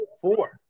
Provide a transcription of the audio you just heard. Four